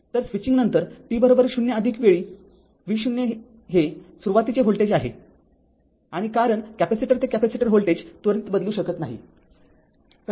तर स्विचिंग नंतर t0 वेळी v0 हे सुरुवातीचे व्होल्टेज आहे आणि कारण कॅपेसिटर ते कॅपेसिटर व्होल्टेज त्वरित बदलू शकत नाही